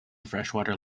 freshwater